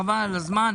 חבל על הזמן.